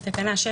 בתקנה 6,